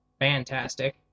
fantastic